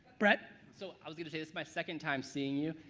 brett. so i was gonna say it's my second time seeing you,